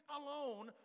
alone